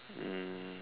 mm